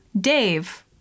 Dave